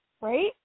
Right